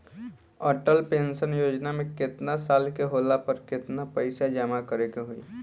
Atal pension योजना मे केतना साल के होला पर केतना पईसा जमा करे के होई?